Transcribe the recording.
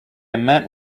meant